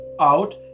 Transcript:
out